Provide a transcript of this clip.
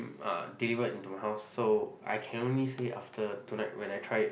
ah delivered into my house so I can only say after tonight when I try it